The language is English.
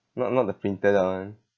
not not the printed that one